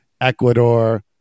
Ecuador